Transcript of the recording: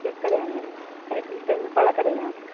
fruits கடையாங்க அது த பழக்கடையா